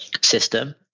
system